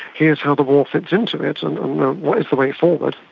here's how the war fits into it and what is the way forward?